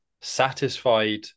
satisfied